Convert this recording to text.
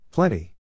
Plenty